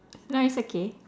no it's okay